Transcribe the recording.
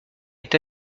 est